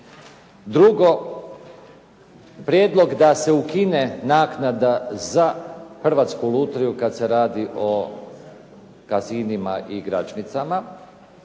Drugo, prijedlog da se ukine naknade za Hrvatsku lutriju kad se radi o casinima i igračnicama,